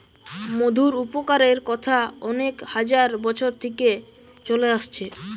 মধুর উপকারের কথা অনেক হাজার বছর থিকে চলে আসছে